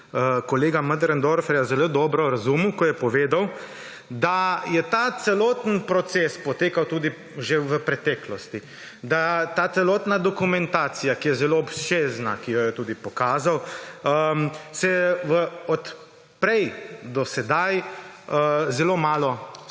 kolega Möderndorferja zelo dobro razumel, ko je povedal, da je ta celoten proces potekal tudi že v preteklosti. Da ta celotna dokumentacija, ki je zelo obsežna, ki jo je tudi pokazal, se je od prej do sedaj zelo malo spremenila.